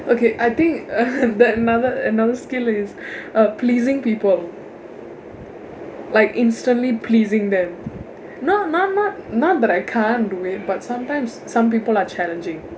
okay I think that another another skill is uh pleasing people like instantly pleasing them no not not not that I can't do it but sometimes some people are challenging